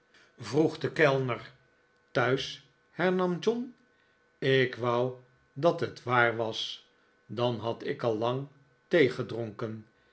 vroeg de kellner thuis hernam john ik wou dat het waar was dan had ik al lang thee gedronken